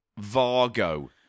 Vargo